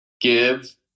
give